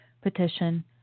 petition